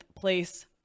place